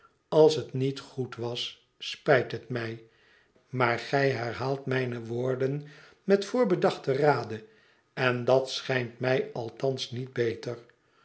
als het niet goed was spijt het mij maar gij herhaalt mijne woorden met voorbedachten rade en dat schijnt mij althans niet beter